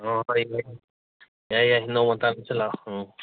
ꯑꯣ ꯌꯥꯏ ꯌꯥꯏ ꯅꯣꯡꯃ ꯇꯥꯟꯅꯁꯤ ꯂꯥꯛꯑꯣ ꯎꯝ